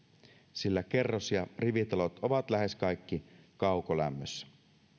sillä kerros ja rivitalot ovat lähes kaikki kaukolämmössä